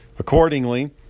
Accordingly